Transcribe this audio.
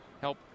help